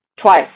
twice